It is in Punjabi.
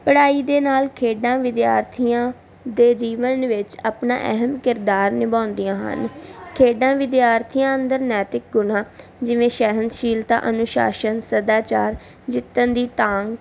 ਪੜ੍ਹਾਈ ਦੇ ਨਾਲ ਖੇਡਾਂ ਵਿਦਿਆਰਥੀਆਂ ਦੇ ਜੀਵਨ ਵਿੱਚ ਆਪਣਾ ਅਹਿਮ ਕਿਰਦਾਰ ਨਿਭਾਉਂਦੀਆਂ ਹਨ ਖੇਡਾਂ ਵਿਦਿਆਰਥੀਆਂ ਅੰਦਰ ਨੈਤਿਕ ਗੁਣਾਂ ਜਿਵੇਂ ਸਹਿਣਸ਼ੀਲਤਾ ਅਨੁਸ਼ਾਸਨ ਸਦਾਚਾਰ ਜਿੱਤਣ ਦੀ ਤਾਂਗ